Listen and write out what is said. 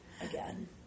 again